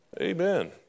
amen